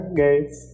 guys